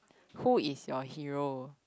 who is your hero